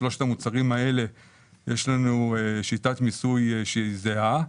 בשלושת המוצרים האלה יש לנו שיטת מיסוי שהיא זהה,